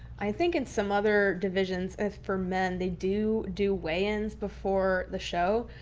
i think in some other divisions, if for men they do do weigh-ins before the show,